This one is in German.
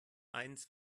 eins